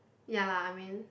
ya lah I mean